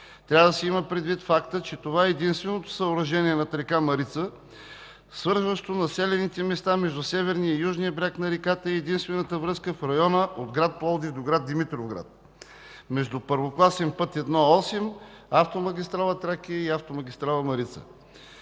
Трябва да се има предвид фактът, че това е единственото съоръжение над река Марица, свързващо населените места между северния и южния бряг на реката, и единствената връзка в района от град Пловдив до град Димитровград между първокласен път І-8, автомагистрала „Тракия” и автомагистрала „Марица”.